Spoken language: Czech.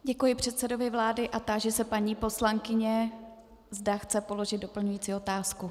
Děkuji předsedovi vlády a táži se paní poslankyně, zda chce položit doplňující otázku.